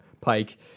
Pike